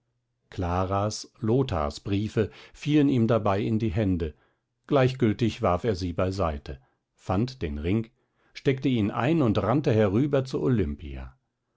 claras lothars briefe fielen ihm dabei in die hände gleichgültig warf er sie beiseite fand den ring steckte ihn ein und rannte herüber zu olimpia